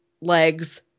legs